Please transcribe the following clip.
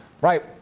right